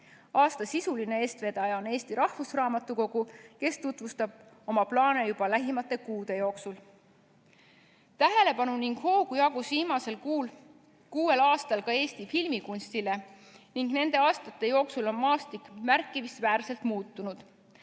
Aasta sisuline eestvedaja on Eesti Rahvusraamatukogu, kes tutvustab oma plaane juba lähimate kuude jooksul. Tähelepanu ning hoogu jagus viimasel kuuel aastal ka Eesti filmikunstile ning nende aastate jooksul on maastik märkimisväärselt muutunud.